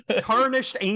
tarnished